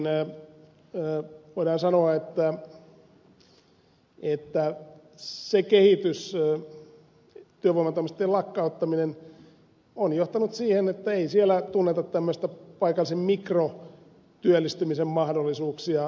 voidaan sanoa että se kehitys työvoimatoimistojen lakkauttaminen on johtanut siihen että ei siellä tunneta tämmöisiä paikallisen mikrotyöllistymisen mahdollisuuksia